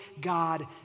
God